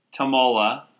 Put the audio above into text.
Tamola